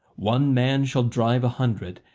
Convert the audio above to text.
one man shall drive a hundred,